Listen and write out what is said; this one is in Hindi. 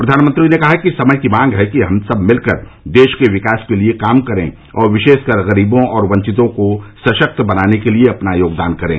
प्रधानमंत्री ने कहा कि समय की मांग है कि हम सब मिलकर देश के विकास के लिए काम करें और विशेषकर गरीबों और वंचितों को सशक्त बनाने के लिए अपना योगदान करें